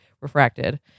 refracted